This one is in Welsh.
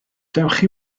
dewch